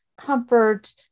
comfort